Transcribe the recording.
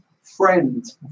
Friend